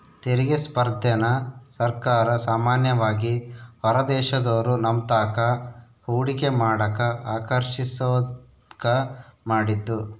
ತೆರಿಗೆ ಸ್ಪರ್ಧೆನ ಸರ್ಕಾರ ಸಾಮಾನ್ಯವಾಗಿ ಹೊರದೇಶದೋರು ನಮ್ತಾಕ ಹೂಡಿಕೆ ಮಾಡಕ ಆಕರ್ಷಿಸೋದ್ಕ ಮಾಡಿದ್ದು